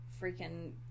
freaking